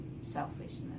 selfishness